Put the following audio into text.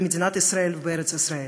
במדינת ישראל ובארץ ישראל,